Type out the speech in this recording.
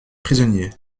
prisonniers